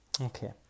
okay